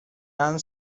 han